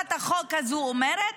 שהצעת החוק הזו אומרת,